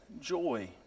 joy